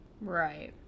Right